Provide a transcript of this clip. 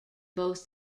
both